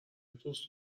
دوست